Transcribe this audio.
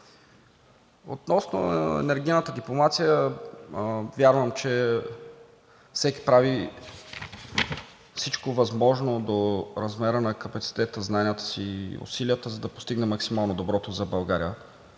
Относно енергийната дипломация, вярвам, че всеки прави всичко възможно до размера на капацитета, знанията си и усилията си, за да постигне максимално доброто за България,